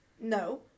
No